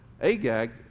Agag